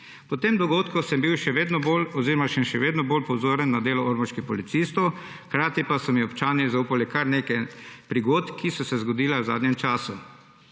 Po tem dogodku sem še bolj pozoren na delo ormoških policistov, hkrati pa so mi občani zaupali kar nekaj prigod, ki so se zgodile v zadnjem času.